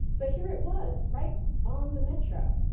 but here it was right on the metro,